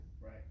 Right